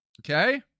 okay